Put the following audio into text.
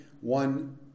one